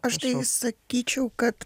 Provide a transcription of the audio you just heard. aš tai sakyčiau kad